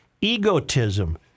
Egotism